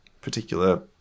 particular